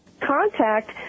contact